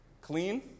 Clean